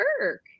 work